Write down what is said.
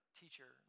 teacher